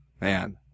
Man